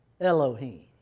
Elohim